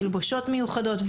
תלבושות מיוחדות,